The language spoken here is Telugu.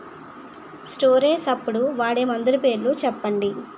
స్టోరేజ్ అప్పుడు వాడే మందులు పేర్లు చెప్పండీ?